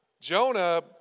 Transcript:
Jonah